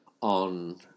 on